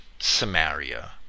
Samaria